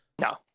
No